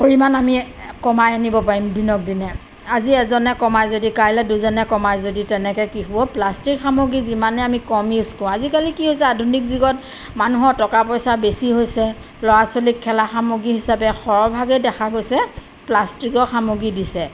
পৰিমাণ আমি কমাই আনিব পাৰিম দিনক দিনে আজি এজনে কমাই যদি কাইলে দুজনে কমাই যদি তেনেকে কি হ'ব প্লাষ্টিক সামগ্ৰী যিমানেই আমি কম ইউজ কৰোঁ আজিকালি কি হৈছে আধুনিক যুগত মানুহৰ টকা পইচা বেছি হৈছে ল'ৰা ছোৱালীক খেলা সামগ্ৰী হিচাপে সৰহভাগে দেখা গৈছে প্লাষ্টিকৰ সামগ্ৰী দিছে